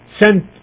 sent